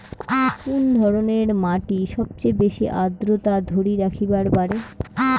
কুন ধরনের মাটি সবচেয়ে বেশি আর্দ্রতা ধরি রাখিবার পারে?